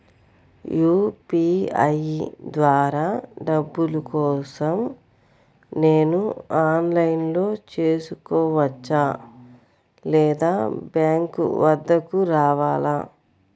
UPI ద్వారా డబ్బులు కోసం నేను ఆన్లైన్లో చేసుకోవచ్చా? లేదా బ్యాంక్ వద్దకు రావాలా?